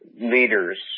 leaders